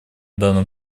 данном